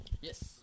Yes